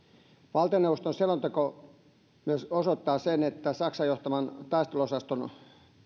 valtioneuvoston selonteko osoittaa myös sen että saksan johtaman taisteluosaston